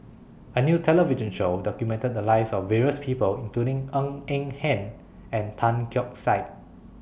A New television Show documented The Lives of various People including Ng Eng Hen and Tan Keong Saik